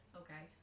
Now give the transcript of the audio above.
okay